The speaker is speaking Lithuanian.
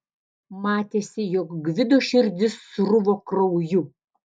matėsi jog gvido širdis sruvo krauju